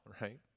right